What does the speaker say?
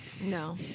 No